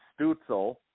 Stutzel